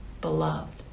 beloved